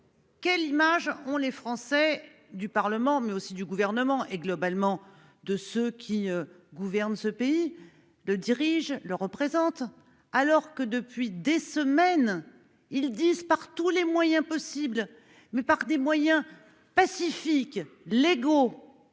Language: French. Quelle image on les Français du Parlement mais aussi du gouvernement et globalement de ceux qui gouvernent ce pays de dirige le représente alors que depuis des semaines. Ils disent par tous les moyens possibles, mais par des moyens pacifiques légaux.